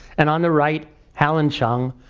and on the right halen chung,